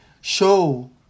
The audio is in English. show